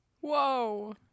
Whoa